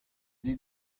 dit